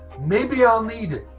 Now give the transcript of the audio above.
maybe i'll need it.